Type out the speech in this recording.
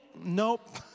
Nope